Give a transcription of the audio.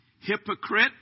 Hypocrite